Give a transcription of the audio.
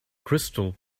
crystal